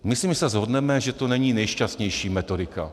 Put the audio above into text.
Myslím, že se shodneme, že to není nejšťastnější metodika.